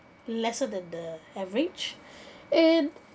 lesser than the average and